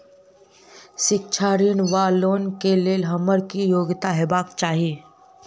शिक्षा ऋण वा लोन केँ लेल हम्मर की योग्यता हेबाक चाहि?